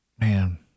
man